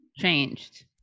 changed